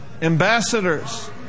Ambassadors